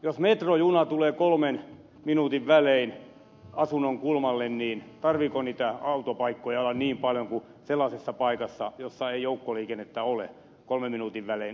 jos metrojuna tulee kolmen minuutin välein asunnon kulmalle niin tarvitseeko niitä autopaikkoja olla niin paljon kuin sellaisessa paikassa missä ei joukkoliikennettä ole kolmen minuutin välein